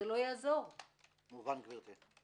מובן, גברתי.